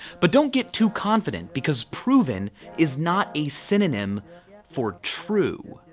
but don't get too confident because proven is not a synonym for true.